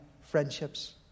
friendships